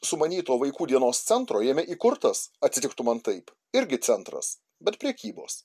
sumanyto vaikų dienos centro jame įkurtas atsitik tu man taip irgi centras bet prekybos